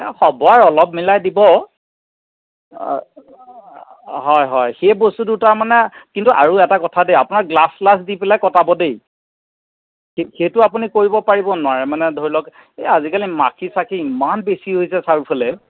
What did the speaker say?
এই হ'ব আৰু অলপ মিলাই দিব হয় হয় সেই বস্তু দুটা মানে কিন্তু আৰু এটা কথা দেই আপোনাৰ গ্লাছ ছ্লাছ দি পেলাই কটাব দেই সেইটো আপুনি কৰিব পাৰিবনে নোৱাৰে মানে ধৰি লওক এই আজিকালি মাখি চাখি ইমান বেছি হৈছে চাৰিওফালে